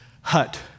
hut